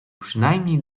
przynajmniej